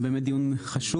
זה באמת דיון חשוב,